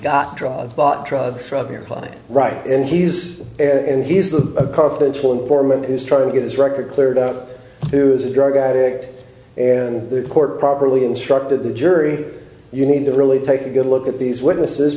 bought drugs from your client right and he's and he's a confidential informant is trying to get his record cleared out who is a drug addict and the court properly instructed the jury you need to really take a good look at these witnesses